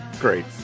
great